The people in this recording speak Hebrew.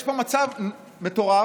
יש פה מצב מטורף